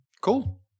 Cool